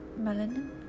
melanin